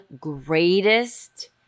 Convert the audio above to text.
greatest